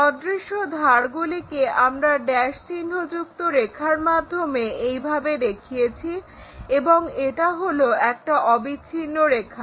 অদৃশ্য ধারগুলিকে আমরা ড্যাশ চিহ্নযুক্ত রেখার মাধ্যমে এইভাবে দেখিয়েছি এবং এটা হলো একটা অবিচ্ছিন্ন রেখা